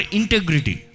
integrity